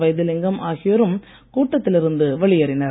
வைத்திலிங்கம் ஆகியோரும் கூட்டத்தில் இருந்து வெளியேறினர்